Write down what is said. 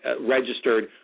registered